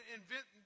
invent